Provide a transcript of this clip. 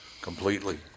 Completely